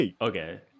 okay